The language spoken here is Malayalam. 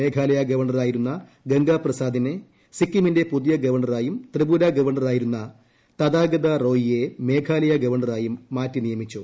മേഘാലയ ഗവർണർ ആയിരുന്ന ഗംഗാ പ്രസാദിനെ സിക്കിമീന്റെ പുതിയ ഗവർണ്ണറായും ത്രിപുര ഗവർണ്ണറായിരുന്ന തത്ഗതാ റോയ് യെ മേഘാലയ ഗവർണ്ണറായും മാറ്റി നിയമിച്ചു